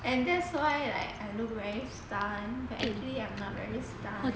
and that's why like I look very stun but I am actually not very stun